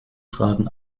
fragen